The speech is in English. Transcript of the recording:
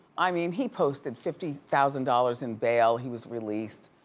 i mean, he posted fifty thousand dollars in bail, he was released.